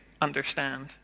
understand